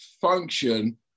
function